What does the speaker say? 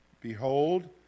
behold